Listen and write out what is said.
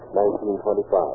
1925